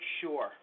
sure